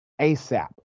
ASAP